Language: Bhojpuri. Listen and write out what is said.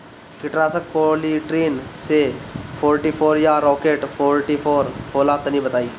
कीटनाशक पॉलीट्रिन सी फोर्टीफ़ोर या राकेट फोर्टीफोर होला तनि बताई?